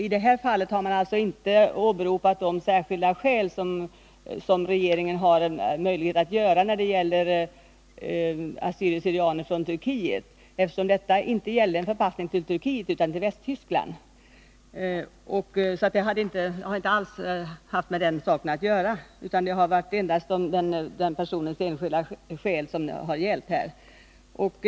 I det här fallet har man inte åberopat de särskilda skäl som regeringen har möjlighet att åberopa när det gäller assyrier/syrianer från Turkiet, eftersom det inte gäller en förpassning till Turkiet utan till Västtyskland. Detta har således inte alls haft med saken att göra, utan det har endast varit personliga, enskilda skäl som har gällt.